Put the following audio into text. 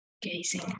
gazing